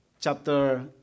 chapter